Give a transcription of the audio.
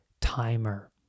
Timer